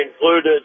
included